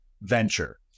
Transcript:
venture